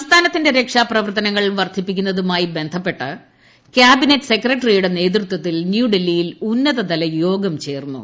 സംസ്ഥാനത്തിന്റെ രക്ഷാ പ്രവർത്തനങ്ങൾ വർദ്ധിപ്പിക്കുന്നതുമായി ബന്ധപ്പെട്ട് കൃാബിനറ്റ് സെക്രട്ടറിയുടെ നേതൃത്വത്തിൽ ന്യൂഡൽഹിയിൽ ഉന്നതതല യോഗം ചേർന്നു